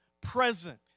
present